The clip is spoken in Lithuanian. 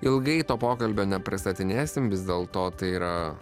ilgai to pokalbio nepristatinėsim vis dėlto tai yra